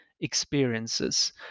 experiences